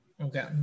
Okay